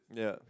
yeah